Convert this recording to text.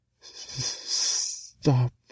Stop